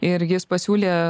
ir jis pasiūlė